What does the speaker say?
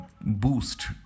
boost